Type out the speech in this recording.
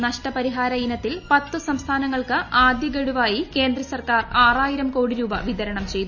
T നഷ്ടപരിഹാര ഇനത്തിൽ പ്ലത്ത് സംസ്ഥാനങ്ങൾക്ക് ആദ്യ ഗഡുവായ്ക്ക്രിന്ദ സർക്കാർ ആറായിരം കോടി രൂപ വിതരണം പ്ലെയ്തു